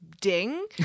ding